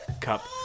cup